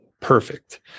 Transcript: Perfect